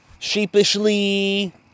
sheepishly